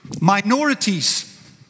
Minorities